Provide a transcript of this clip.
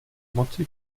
moci